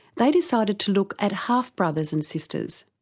they decided to look at half-brothers and sisters.